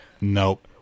Nope